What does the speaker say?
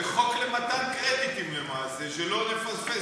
זה חוק למתן קרדיטים, למעשה, שלא נפספס.